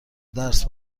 درس